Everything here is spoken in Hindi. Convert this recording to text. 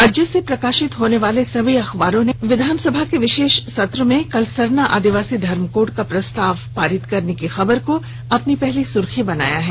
राज्य से प्रकाशित होने वाले सभी अखबारों ने विधानसभा के विशेष सत्र में कल सरना आदिवासी धर्म कोड का प्रस्ताव पारित होने की खबर को अपनी पहली सुर्खी बनाया है